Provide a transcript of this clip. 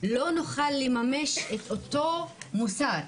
לא נוכל לממש את אותו מוסר,